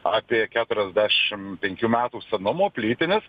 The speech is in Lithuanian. apie keturiasdešim penkių metų senumo plytinis